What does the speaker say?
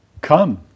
Come